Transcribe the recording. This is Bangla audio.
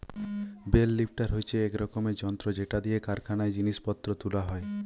বেল লিফ্টার হচ্ছে এক রকমের যন্ত্র যেটা দিয়ে কারখানায় জিনিস পত্র তুলা হয়